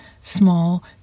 Small